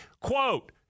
quote